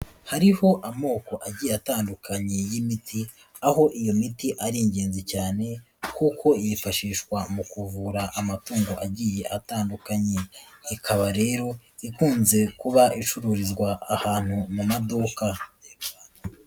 Hariho amoko ajyiye atandukanye y'imiti, aho iyo miti ari ingenzi cyane kuko yifashishwa mu kuvura amatungo agiye atandukanye, ikaba rero ikunze kuba icururizwa ahantu mu maduka.